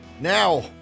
Now